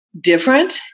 different